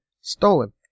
stolen